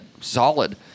solid